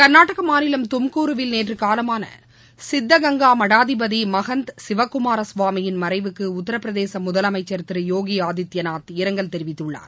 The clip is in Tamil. கர்நாடக மாநில துமாக்கூருவில் நேற்று காலமான சித்த கங்கா மடாதிபதி மகந்த் சிவக்குமார சுவாமியின் மறைவுக்கு உத்தர பிரதேச முதலமைச்சர் திரு யோகி ஆதித்யநாத் இரங்கல் தெரிவித்துள்ளார்